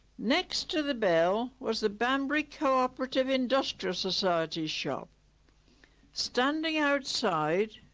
next to the bell was the banbury co-operative industrial society's shop standing outside,